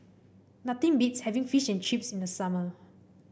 nothing beats having Fish and Chips in the summer